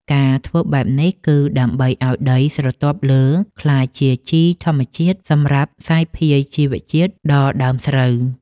ការធ្វើបែបនេះ គឺដើម្បីឲ្យដីស្រទាប់លើក្លាយជាជីធម្មជាតិសម្រាប់សាយភាយជីវជាតិដល់ដើមស្រូវ។